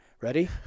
Ready